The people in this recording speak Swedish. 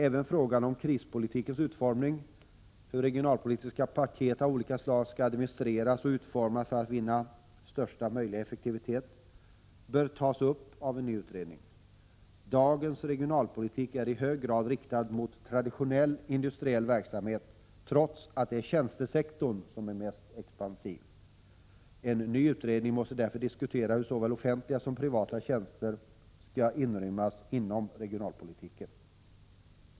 Även frågan om krispolitikens utformning — hur regionalpolitiska ”paket” av olika slag skall administreras och utformas för att vinna största möjliga effektivitet — bör tas upp av en ny utredning. Dagens regionalpolitik är i hög grad riktad mot traditionell industriell verksamhet, trots att det är tjänstesektorn som är mest expansiv. En ny utredning måste därför diskutera hur såväl offentliga som privata tjänster skall inrymmas inom regionalpolitiken.